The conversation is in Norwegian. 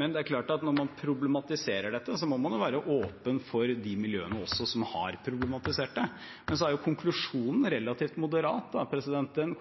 Det er klart at når man problematiserer dette, må man også være åpen overfor de miljøene som har problematisert det. Men konklusjonen er relativt moderat.